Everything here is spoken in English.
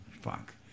fuck